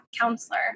counselor